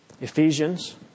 Ephesians